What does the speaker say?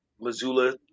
Missoula